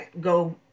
go